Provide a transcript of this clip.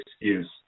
excuse